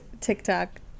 TikTok